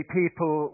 people